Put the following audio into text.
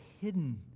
hidden